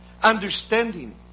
understanding